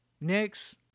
next